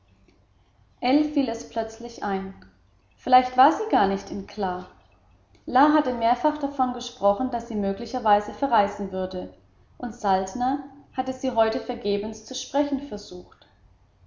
fiel es plötzlich ein vielleicht war sie gar nicht in kla la hatte mehrfach davon gesprochen daß sie möglicherweise verreisen würde und saltner hatte sie heute vergebens zu sprechen versucht